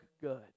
good